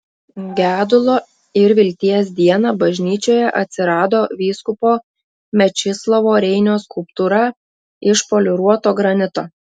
gedulo ir vilties dieną bažnyčioje atsirado vyskupo mečislovo reinio skulptūra iš poliruoto granito